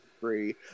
free